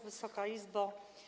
Wysoka Izbo!